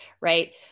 right